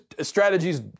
strategies